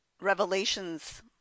revelations